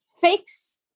fix